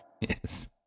Yes